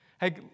Hey